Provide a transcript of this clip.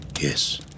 Yes